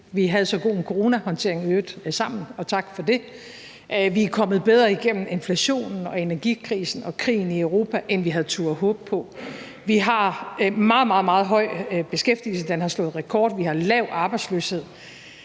vi havde en så god coronahåndtering – i øvrigt sammen, og tak for det. Vi er kommet bedre igennem inflationen, energikrisen og krigen i Europa, end vi havde turdet håbe på. Vi har meget, meget høj beskæftigelse; den har slået rekord. Vi har lav arbejdsløshed,